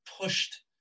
pushed